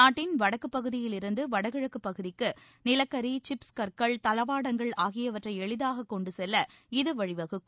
நாட்டின் வடக்கு பகுதியில் இருந்து வடகிழக்கு பகுதிக்கு நிலக்கரி சிப்ஸ் கற்கள் தளவாடங்கள் ஆகியவற்றை எளிதாக கொண்டு செல்ல இது வழிவகுக்கும்